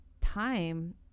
time